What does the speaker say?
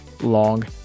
long